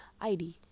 ID